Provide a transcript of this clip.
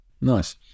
nice